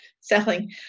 selling